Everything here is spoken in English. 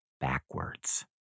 backwards